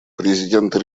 президента